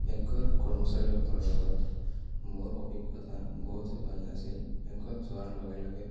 বেংকৰ কৰ্মচাৰীসকলৰ লগত মোৰ অভিজ্ঞতা বহুতে ভাল আছিল বেংকত যোৱাৰ লগে লগে